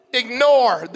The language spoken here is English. ignore